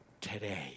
today